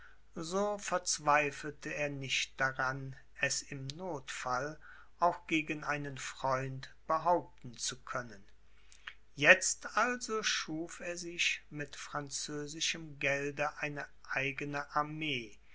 so verzweifelte er nicht daran es im nothfall auch gegen einen freund behaupten zu können jetzt also schuf er sich mit französischem gelde eine eigene armee